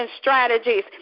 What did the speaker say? strategies